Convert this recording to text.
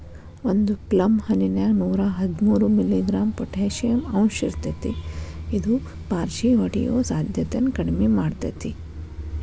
ಒಂದು ಪ್ಲಮ್ ಹಣ್ಣಿನ್ಯಾಗ ನೂರಾಹದ್ಮೂರು ಮಿ.ಗ್ರಾಂ ಪೊಟಾಷಿಯಂ ಅಂಶಇರ್ತೇತಿ ಇದು ಪಾರ್ಷಿಹೊಡಿಯೋ ಸಾಧ್ಯತೆನ ಕಡಿಮಿ ಮಾಡ್ತೆತಿ